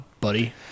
buddy